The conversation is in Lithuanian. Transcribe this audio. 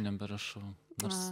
neberašau nors